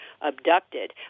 abducted